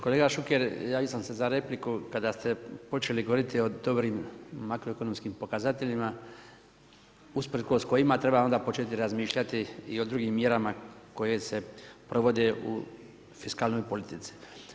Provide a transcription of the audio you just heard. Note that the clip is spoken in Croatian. Kolega Šuker, javio sam se za repliku kada ste počeli govoriti o dobrim makroekonomskim pokazateljima usprkos kojima treba onda početi razmišljati i o drugim mjerama koje se provode u fiskalnoj politici.